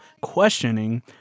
questioning